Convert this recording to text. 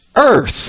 earth